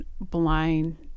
blind